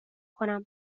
کنم